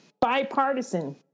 bipartisan